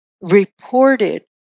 reported